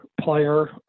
player